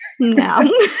No